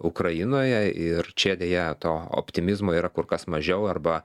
ukrainoje ir čia deja to optimizmo yra kur kas mažiau arba